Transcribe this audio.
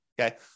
Okay